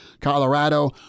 Colorado